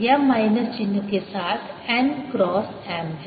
यह माइनस चिह्न के साथ n क्रॉस M है